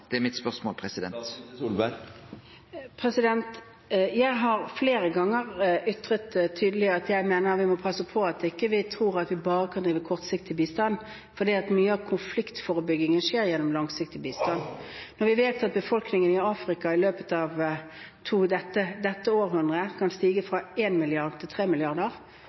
Det er mitt spørsmål. Jeg har flere ganger ytret tydelig at jeg mener vi må passe på at vi ikke tror at vi bare kan drive kortsiktig bistand, for mye av konfliktforebyggingen skjer gjennom langsiktig bistand. Når vi vet at befolkningen i Afrika i løpet av dette århundret kan stige fra én milliard til tre milliarder,